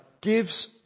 gives